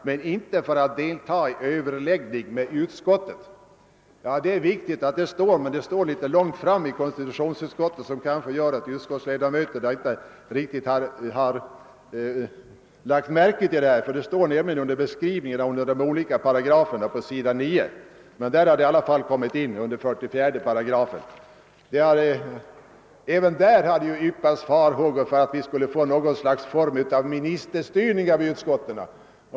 men inte för att delta i överläggning med utskottet>. Det är viktigt att detta står i utskottsutlåtandet, men det står litet långt bort, vilket gör att kammarledamöterna kanske inte lagt märke till det. Det står under beskrivningen av de olika paragraferna, på s. 9 under 44 8. Även i detta sammanhang har ultryckts farhågor för att man skulle få någon form av ministerstyrning av utskotten.